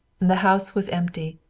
the house was empty.